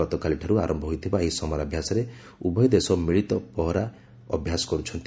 ଗତକାଲିଠାରୁ ଆରମ୍ଭ ହୋଇଥିବା ଏହି ସମରାଭ୍ୟାସରେ ଉଭୟ ଦେଶ ମିଳିତ ପହରା କୋରପାଟ ଅଭ୍ୟାସ କରୁଛନ୍ତି